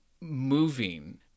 moving